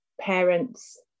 parents